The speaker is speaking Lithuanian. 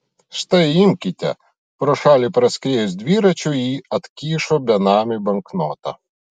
štai imkite pro šalį praskriejus dviračiui ji atkišo benamiui banknotą